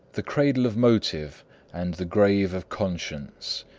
the cradle of motive and the grave of conscience.